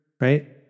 right